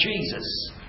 Jesus